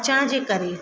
अचण जे करे